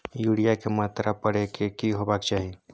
Urea के मात्रा परै के की होबाक चाही?